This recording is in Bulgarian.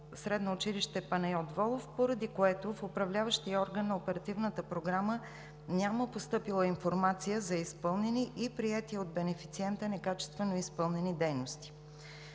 обект „СОУ „Панайот Волов“, поради което в Управляващия орган на Оперативната програма няма постъпила информация за изпълнени и приети от бенефициента некачествено изпълнени дейности.